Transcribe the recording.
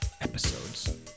episodes